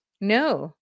no